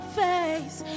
face